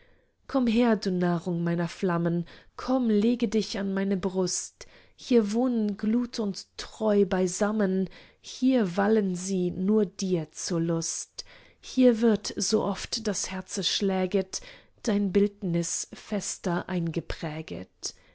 komm her du nahrung meiner flammen komm lege dich an meine brust hier wohnen glut und treu beisammen hier wallen sie nur dir zur lust hier wird sooft das herze schläget dein bildnis fester eingepräget